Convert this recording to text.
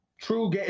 true